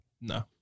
No